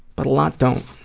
but a lot don't.